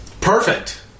perfect